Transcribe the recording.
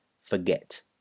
forget